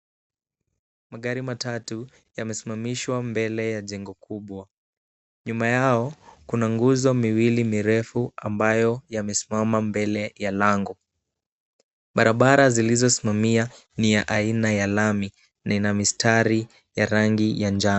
Magari matatu yamesimamishwa mbele ya jengo kubwa. Nyuma yao kuna nguzo miwili mirefu ambayo yamesimama mbele ya lango. Barabara zilizosimamia ni ya aina ya lami na ina mistari ya rangi ya njano.